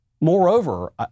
moreover